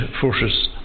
forces